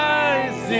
eyes